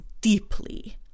deeply